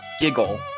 Giggle